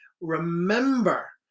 Remember